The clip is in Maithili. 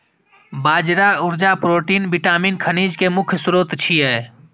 बाजरा ऊर्जा, प्रोटीन, विटामिन, खनिज के मुख्य स्रोत छियै